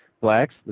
blacks